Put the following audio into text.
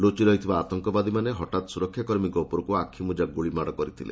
ଲୁଚି ରହିଥିବା ଆତଙ୍କବାଦୀମାନେ ହଠାତ୍ ସୁରକ୍ଷାକର୍ମୀଙ୍କ ଉପରକୁ ଆଖିବୁଜା ଗୁଳିମାଳ କରିଥିଲେ